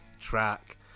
track